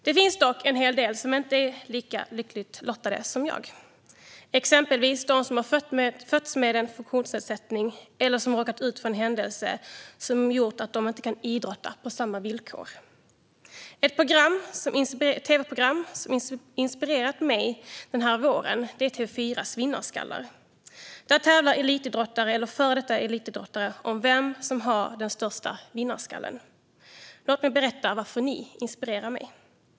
Det finns dock en hel del som inte är lika lyckligt lottade som jag var, exempelvis de som fötts med en funktionsnedsättning eller som råkat ut för något som gjort att de inte kan idrotta på samma villkor. Ett tv-program som inspirerat mig denna vår är TV4:s Vinnarskallar . Där tävlar elitidrottare eller före detta elitidrottare om vem som har den största vinnarskallen. Låt mig berätta varför de inspirerar mig.